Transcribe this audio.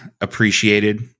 appreciated